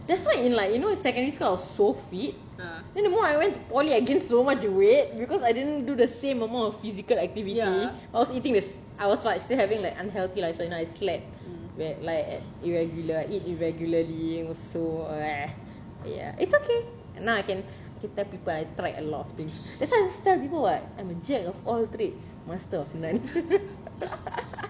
that's why in like you know secondary school I was so fit then the moment I went to poly I gained so much weight because I didn't do the same amount of physical activity I was eating I was still having like unhealthy lifestyle I slept like like irregular eat irregularly also ya it's okay now I can tell people I tried a lot of things that's why I tell people [what] I'm a jack of all trades master of none